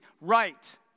right